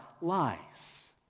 lies